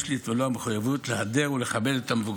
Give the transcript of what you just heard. יש לי את מלוא המחויבות להדר ולכבד את המבוגרים,